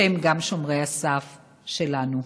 שהם גם שומרי הסף שלנו.